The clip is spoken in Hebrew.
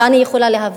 ואני יכולה להבין.